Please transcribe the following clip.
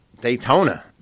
Daytona